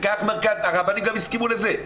הרבנים גם הסכימו לזה,